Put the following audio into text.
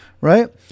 Right